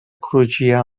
crugia